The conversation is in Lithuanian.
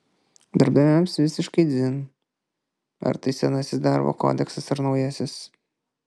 darbdaviams visiškai dzin ar tai senasis darbo kodeksas ar naujasis